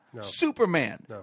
Superman